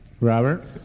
Robert